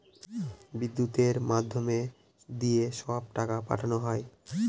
বিদ্যুতের মাধ্যম দিয়ে সব টাকা পাঠানো হয়